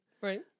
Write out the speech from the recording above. Right